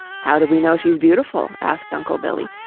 how do we know she's beautiful? asked uncle billy.